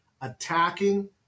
Attacking